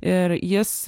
ir jis